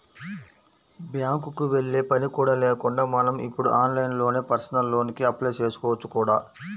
బ్యాంకుకి వెళ్ళే పని కూడా లేకుండా మనం ఇప్పుడు ఆన్లైన్లోనే పర్సనల్ లోన్ కి అప్లై చేసుకోవచ్చు కూడా